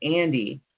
Andy